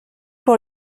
pour